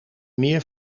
meer